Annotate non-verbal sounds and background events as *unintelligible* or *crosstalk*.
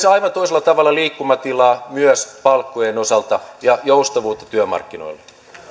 *unintelligible* aivan toisella tavalla liikkumatilaa myös palkkojen osalta ja joustavuutta työmarkkinoilla